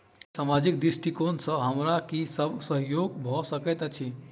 सामाजिक दृष्टिकोण सँ हमरा की सब सहयोग भऽ सकैत अछि?